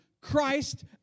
Christ